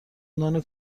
نان